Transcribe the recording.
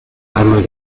einmal